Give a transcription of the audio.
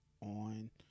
on